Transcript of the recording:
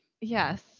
Yes